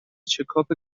چکاپ